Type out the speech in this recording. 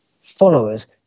followers